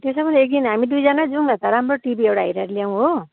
त्यसो भने एकदिन हामी दुईजनै जौँ न त राम्रो टिभी एउटा हेरेर ल्याउँ हो